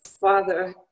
father